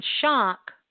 shock